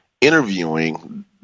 interviewing